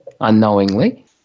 unknowingly